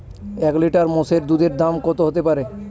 এক লিটার মোষের দুধের দাম কত হতেপারে?